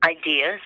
Ideas